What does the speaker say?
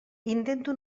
intento